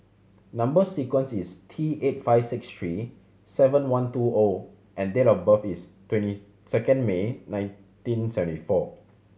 number sequence is T eight five six three seven one two O and date of birth is twenty second May nineteen seventy four